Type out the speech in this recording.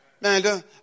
Man